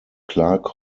clark